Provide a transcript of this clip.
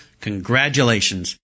congratulations